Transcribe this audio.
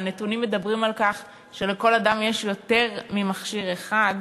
והנתונים מדברים על כך שלכל אדם יש יותר ממכשיר אחד,